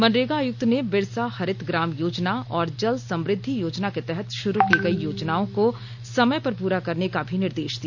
मनरेगा आयुक्त ने बिरसा हरित ग्राम योजना और जल समद्धि योजना के तहत शुरू की गई योजनाओं को समय पर पूरा करने का भी निर्देश दिया